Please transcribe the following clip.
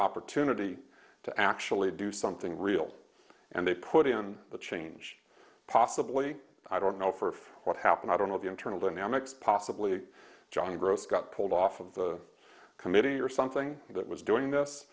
opportunity to actually do something real and they put it on the change possibly i don't know for what happened i don't know the internal dynamics possibly johnny gross got pulled off of the committee or something that was doing this